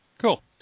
Cool